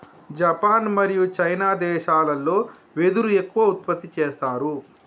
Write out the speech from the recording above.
Japan మరియు China దేశాలల్లో వెదురు ఎక్కువ ఉత్పత్తి చేస్తారు